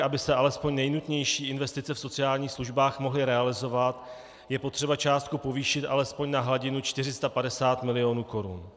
Aby se alespoň nejnutnější investice v sociálních službách mohly realizovat, je potřeba částku povýšit alespoň na hladinu 450 mil. korun.